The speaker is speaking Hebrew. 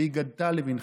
והגדת לבנך.